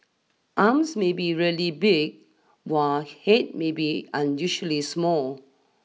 arms may be really big while head may be unusually small